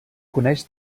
coneix